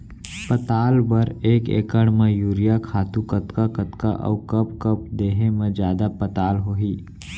पताल बर एक एकड़ म यूरिया खातू कतका कतका अऊ कब कब देहे म जादा पताल होही?